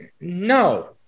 no